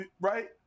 right